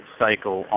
cycle